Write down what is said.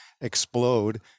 explode